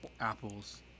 apples